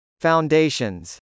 Foundations